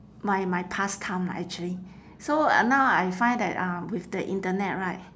my my pastime lah actually so now I find that uh with the internet right